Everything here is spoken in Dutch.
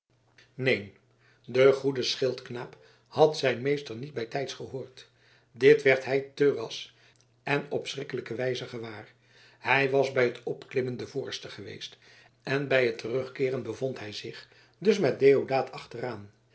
neen de goede schildknaap had zijn meester niet bijtijds gehoord dit werd hij te ras en op een schrikkelijke wijze gewaar hij was bij het opklimmen de voorste geweest en bij het terugkeeren bevond hij zich dus met deodaat achteraan